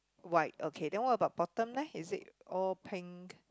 white okay then what about bottom leh is it all pink white